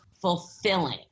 fulfilling